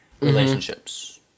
relationships